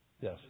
Yes